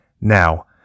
Now